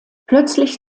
plötzlich